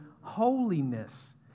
holiness